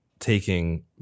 taking